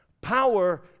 Power